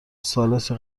ثالثی